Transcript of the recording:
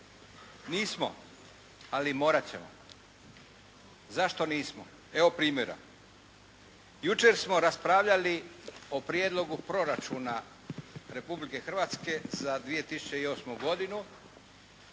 Nismo, ali morat ćemo. Zašto nismo? Evo primjera. Jučer smo raspravljali o Prijedlogu proračuna Republike Hrvatske za 2008. godinu